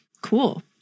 Cool